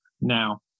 now